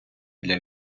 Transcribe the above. для